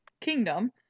kingdom